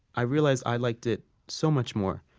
i realized i liked it so much more.